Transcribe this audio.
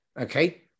Okay